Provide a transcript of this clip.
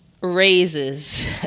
raises